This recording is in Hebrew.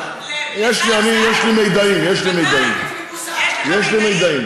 ויש לי מידעים על מה שקורה אצלכם בישיבות,